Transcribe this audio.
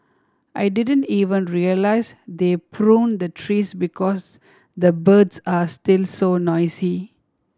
I didn't even realise they pruned the trees because the birds are still so noisy